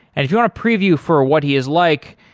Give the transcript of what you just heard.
and if you want to preview for what he is like,